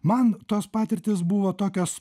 man tos patirtys buvo tokios